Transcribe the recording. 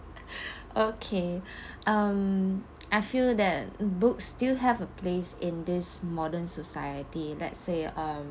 okay um I feel that books still have a place in this modern society that say uh